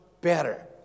better